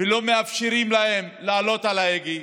ולא מאפשרים להם לאחוז בהגה.